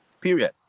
period